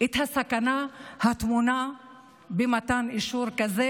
את הסכנה הטמונה במתן אישור כזה,